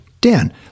Dan